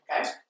okay